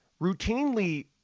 routinely